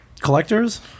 collectors